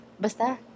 Basta